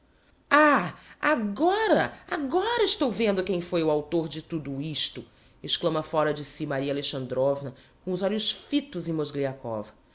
ah agora agora estou vendo quem foi o autor de tudo isto exclama fora de si maria alexandrovna com os olhos fitos em mozgliakov foi